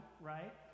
right